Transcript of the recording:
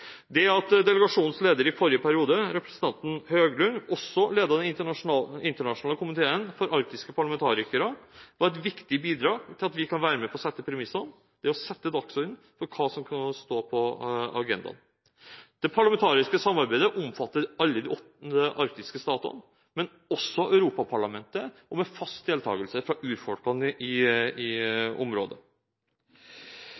Det at delegasjonens leder i forrige periode, representanten Høglund, også ledet den internasjonale komiteen for arktiske parlamentarikere, var et viktig bidrag til å være med på å sette premissene – sette dagsordenen – for hva som skal stå på agendaen. Det parlamentariske samarbeidet omfatter alle de åtte arktiske statene, men også Europaparlamentet, og med fast deltakelse fra urfolkene i området. I